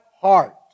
heart